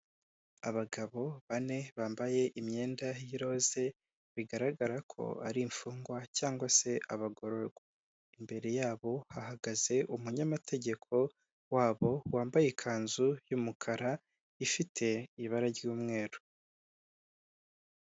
Abagabo bane bambaye imyenda y'iroze bigaragara ko ari imfungwa cyangwa se abagororwa. Imbere y'abo hahagaze umunyamategeko wa bo wambaye ikanzu y'umukara ifite ibara ry'umweru.